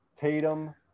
Tatum